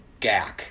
Gak